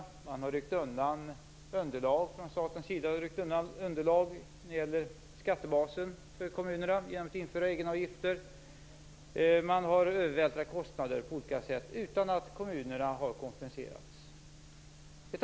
Staten har genom att införa egenavgifter ryckt undan skatteunderlag för kommunerna och vid ett antal tillfällen på olika sätt vältrat över kostnader utan att kompensera kommunerna.